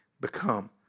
become